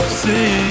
see